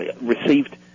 received